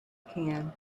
can